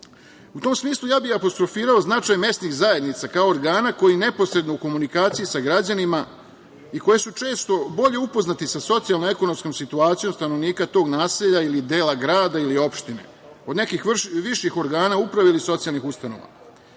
tom smislu ja bih apostrofirao značaj mesnih zajednica kao organa koji je neposredno u komunikaciji sa građanima i koje su često bolje upoznati sa socijalno-ekonomskom situacijom stanovnika tog naselja ili dela grada ili opštine, od nekih viših organa uprave ili socijalnih ustanova.